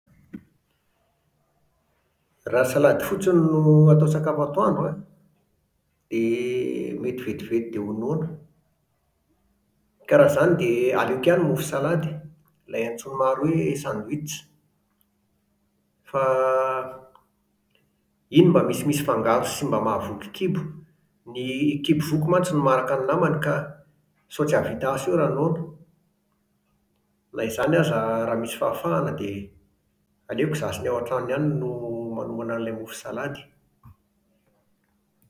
Raha salady fotsiny no atao sakafo antoandro an, dia mety vetivety dia ho noana. Ka raha izany dia aleoko ihany mofo salady, ilay antsoin'ny maro hoe sandwich. Fa iny mba misimisy fangaro sy mahavoky kibo. Ny kibo voky mantsy no maharaka ny namany ka sao tsy hahavita asa eo raha noana. Na izany aza, raha msy fahafahana dia aleoko izaho sy ny ao an-trano ihany no manomana an'ilay mofo salady